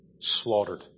slaughtered